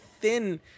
thin